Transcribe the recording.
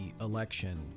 election